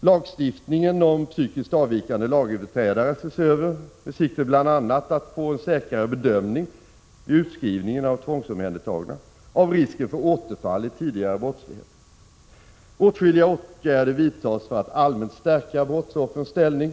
Lagstiftningen om psykiskt avvikande lagöverträdare ses över, med siktet inställt bl.a. på att få en säkrare bedömning vid utskrivningen av tvångsomhändertagna — med hänsyn till risken för återfall i tidigare brottslighet. Åtskilliga åtgärder vidtas för att allmänt stärka brottsoffrens ställning.